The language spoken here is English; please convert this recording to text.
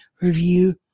review